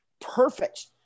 perfect